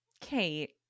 Kate